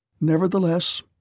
Nevertheless